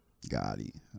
Gotti